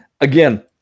again